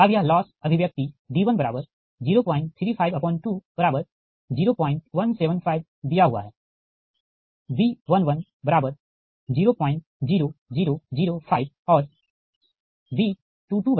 अब यह लॉस अभिव्यक्ति d103520175 दिया हुआ हैंB1100005 और B2200008